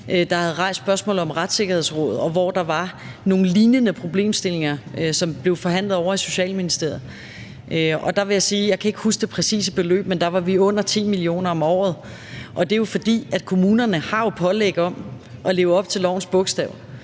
der havde rejst spørgsmålet om et retssikkerhedsråd, og her var der nogle lignende problemstillinger, som blev forhandlet ovre i Socialministeriet. Der vil jeg sige, at jeg ikke kan huske det præcise beløb, men vi var under 10 mio. kr. om året. Og det er jo, fordi kommunerne har pålæg om at leve op til lovens bogstav,